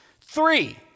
Three